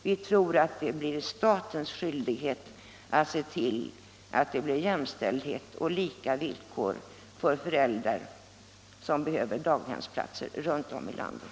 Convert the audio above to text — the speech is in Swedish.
Vi tror att det är statens skyldighet att se till, att det blir jämställdhet och lika villkor för föräldrar som behöver daghemsplatser runt om i landet.